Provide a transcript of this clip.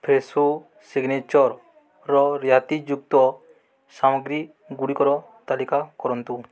Fresho ସିଗ୍ନେଚର୍ର ରିହାତିଯୁକ୍ତ ସାମଗ୍ରୀଗୁଡ଼ିକର ତାଲିକା କରନ୍ତୁ